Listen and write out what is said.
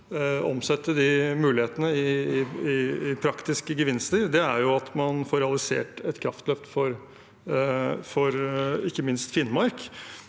omsette de mulighetene i praktiske gevinster er at man får realisert et kraftløft for ikke minst Finnmark.